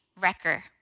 wrecker